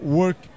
work